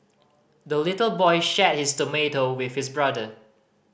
the little boy shared his tomato with his brother